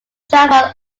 chevron